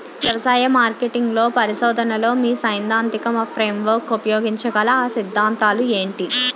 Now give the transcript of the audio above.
వ్యవసాయ మార్కెటింగ్ పరిశోధనలో మీ సైదాంతిక ఫ్రేమ్వర్క్ ఉపయోగించగల అ సిద్ధాంతాలు ఏంటి?